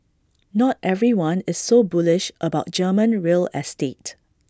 not everyone is so bullish about German real estate